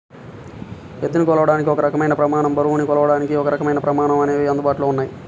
ఎత్తుని కొలవడానికి ఒక రకమైన ప్రమాణం, బరువుని కొలవడానికి ఒకరకమైన ప్రమాణం అనేవి అందుబాటులో ఉన్నాయి